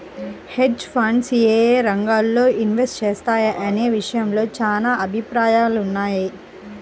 hedge funds యేయే రంగాల్లో invest చేస్తాయనే విషయంలో చానా భిన్నాభిప్రాయాలున్నయ్